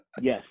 Yes